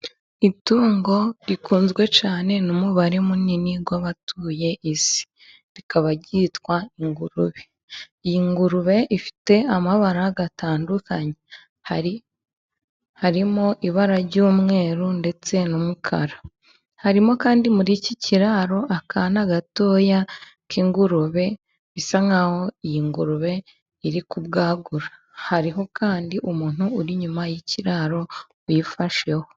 Itungo rikunzwe cyane n'umubare munini w'abatuye isi, rikaba ryitwa ingurube. Iyi ngurube ifite amabara atandukanye, harimo ibara ry'umweru ndetse n'umukara. Harimo kandi muri iki kiraro akana gatoya k'ingurube bisa nkaho iyi ngurube iri kubwagura. Hariho kandi umuntu uri inyuma y'ikiraro uyifasheho.